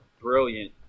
brilliant